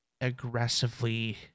aggressively